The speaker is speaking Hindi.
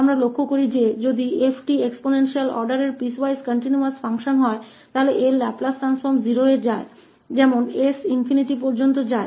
हम देखते हैं कि यदि दिया गया फलन 𝑓𝑡 एक्सपोनेंशियल आर्डर का पीसवाइज कंटीन्यूअस फलन है तो s के ∞ में जाने पर इसका लाप्लास रूपान्तरण 0 हो जाता है